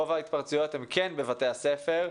רוב ההתפרצויות הן כן בבתי הספר,